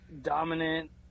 dominant